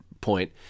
point